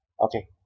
okay